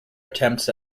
attempts